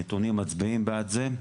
הנתונים מצביעים בעד זה.